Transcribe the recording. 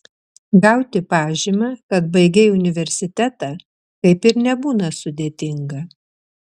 gauti pažymą kad baigei universitetą kaip ir nebūna sudėtinga